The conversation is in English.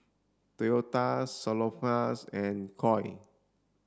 Toyota Salonpas and Koi